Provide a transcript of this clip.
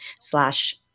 slash